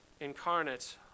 incarnate